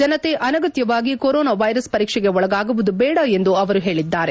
ಜನತೆ ಅನಗತ್ಯವಾಗಿ corona virus ಪರೀಕ್ಷೆಗೆ ಒಳಗಾಗುವುದು ಬೇಡ ಎಂದು ಅವರು ಹೇಳಿದ್ದಾರೆ